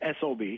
SOB